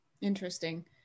Interesting